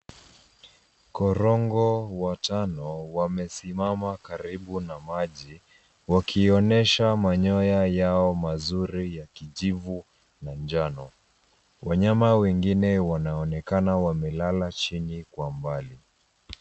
korongo watano wamesimama karibu na maji, wakionyesha manyoya yao mazuri ya kijivu na njano. Wanyama wengine wanaonekana wamelala chini kwa mbali.